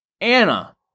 Anna